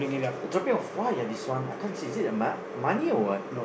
they dropping of why ah this one I can't see is it a map money or what